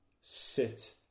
sit